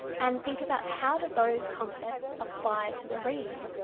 and think about how do those concepts apply to the reading.